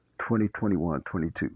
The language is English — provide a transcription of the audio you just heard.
2021-22